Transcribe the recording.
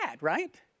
right